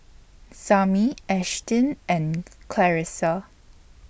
Samir Ashtyn and Clarissa